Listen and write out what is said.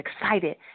excited